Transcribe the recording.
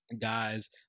guys